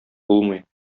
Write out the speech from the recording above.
булмый